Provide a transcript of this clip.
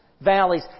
valleys